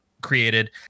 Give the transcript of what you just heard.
created